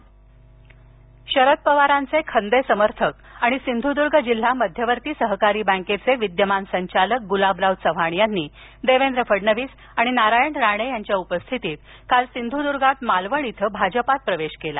पक्षांतर शरद पवारांचे खंदे समर्थक आणि सिंधूद्र्ग जिल्हा मध्यवर्ती सहकारी बँकेचे विद्यमान संचालक गुलाबराव चव्हाण यांनी देवेंद्र फडणवीस आणि नारायण राणे यांच्या उपस्थितीत काल सिंधुदुर्गात मालवण इथं भाजपात प्रवेश केला